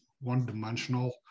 one-dimensional